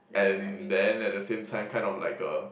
and then at the same time kind of like a